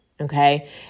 Okay